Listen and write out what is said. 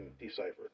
deciphered